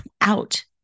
out